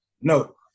No